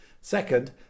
Second